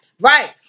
Right